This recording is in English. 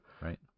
Right